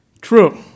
True